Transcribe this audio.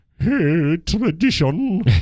tradition